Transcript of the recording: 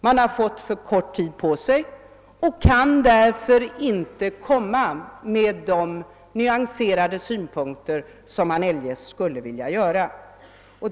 De har fått för kort tid på sig och har därför inte kunnat anföra de nyanserade synpunkter som de helst skulle vilja lägga fram.